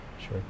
sure